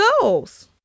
goals